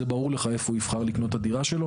זה ברור לך איפה הוא יבחר לקנות את הדירה שלו.